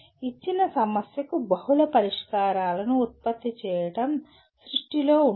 ఇచ్చిన సమస్యకు బహుళ పరిష్కారాలను ఉత్పత్తి చేయడం సృష్టిలో ఉంటుంది